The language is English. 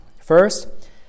First